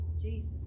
Jesus